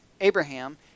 Abraham